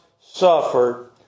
suffered